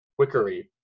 Wickery